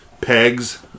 pegs